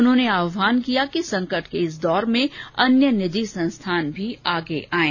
उन्होंने आह्वान किया कि संकट के इस दौर में अन्य निजी संस्थान भी आगे आएं